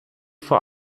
vor